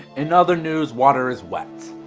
in other news water is wet.